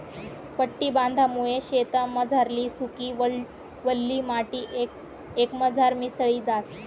पट्टी बांधामुये शेतमझारली सुकी, वल्ली माटी एकमझार मिसळी जास